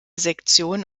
sektionen